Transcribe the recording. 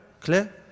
clear